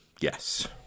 Yes